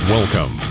Welcome